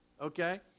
okay